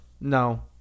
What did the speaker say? No